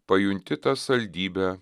pajunti tą saldybę